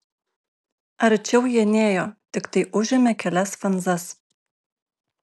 arčiau jie nėjo tiktai užėmė kelias fanzas